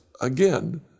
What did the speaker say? again